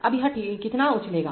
अब यह कितना उछलेगा